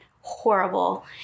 horrible